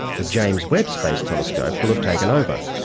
the james webb space telescope, will have taken over.